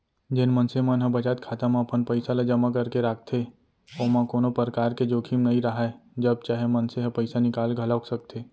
जेन मनसे मन ह बचत खाता म अपन पइसा ल जमा करके राखथे ओमा कोनो परकार के जोखिम नइ राहय जब चाहे मनसे ह पइसा निकाल घलौक सकथे